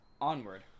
Onward